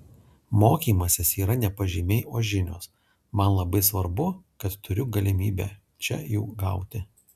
mokymasis yra ne pažymiai o žinios man labai svarbu kad turiu galimybę čia jų gauti